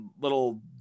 little